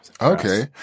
Okay